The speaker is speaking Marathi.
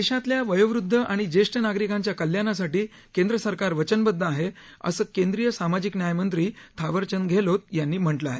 देशातल्या वयोवद्ध आणि ज्येष्ठ नागरिकांच्या कल्याणासाठी केंद्र सरकार वचनबदध आहे असं केंद्रीय सामाजिक न्याय मंत्री थावरचंद गेहलोत यांनी म्हटलं आहे